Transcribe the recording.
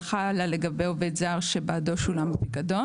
הלכה לגבי עובד זר שבעדו שולם פיקדון